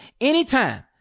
anytime